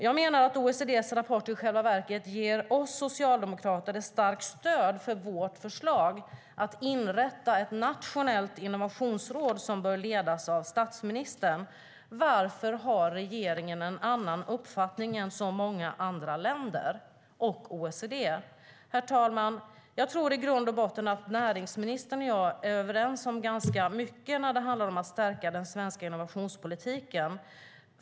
Jag menar att OECD:s rapport i själva verket ger oss socialdemokrater ett starkt stöd för vårt förslag att inrätta ett nationellt innovationsråd som bör ledas av statsministern. Varför har regeringen en annan uppfattning än så många andra länder och OECD? Herr talman! Jag tror i grund och botten att näringsministern och jag är överens om ganska mycket när det handlar om att stärka den svenska innovationspolitiken.